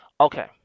Okay